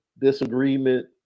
disagreement